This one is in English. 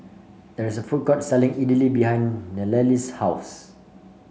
there is a food court selling Idili behind the Nallely's house